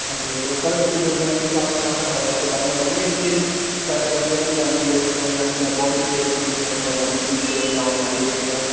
okay تو sir if you don't mind میرے کو آپ تھوڑا سا دوائی کے بارے میں بتائیں گے کہ سر درد کے لیے میں کون سی لے سکتا ہوں یا پھر میں باڈی پین کے لیے یا تھوڑا وومیٹنگ کی جو پرابلم آ رہی ہے اس کے لیے کیا